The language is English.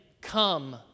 come